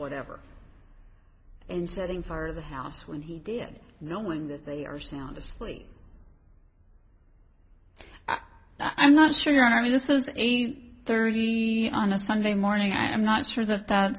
whatever and setting for the house when he did it knowing that they are sound asleep i'm not sure and i mean this is eight thirty on a sunday morning i'm not sure that that